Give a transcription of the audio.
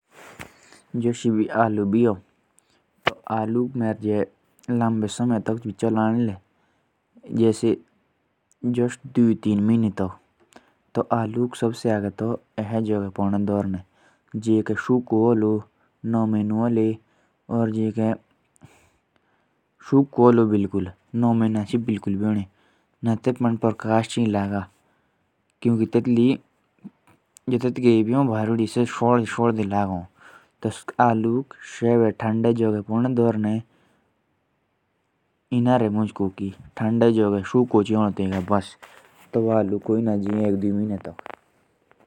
जैसे आलू होते हैं तो उसे ऐसे जगह रखो जहां सूखा होता है। और वहां रखे और वहां गीला तो बिल्कुल भी नहीं होना चाहिए। वरना आलू सड़ भी सकते हैं।